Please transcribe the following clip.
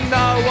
no